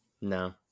No